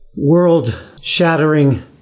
world-shattering